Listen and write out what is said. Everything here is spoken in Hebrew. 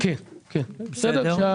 ההשתתפות.